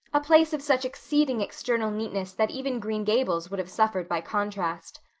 a place of such exceeding external neatness that even green gables would have suffered by contrast.